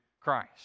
Christ